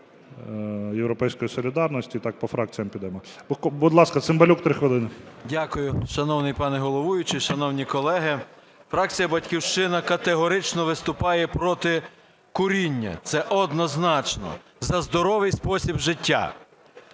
Дякую. Шановний пане Головуючий, шановні колеги, фракція "Батьківщина" категорично виступає проти куріння, це однозначно, за здоровий спосіб життя.